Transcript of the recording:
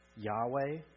Yahweh